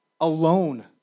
Alone